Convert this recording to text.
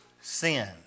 sin